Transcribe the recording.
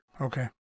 okay